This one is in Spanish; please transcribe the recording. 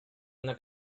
una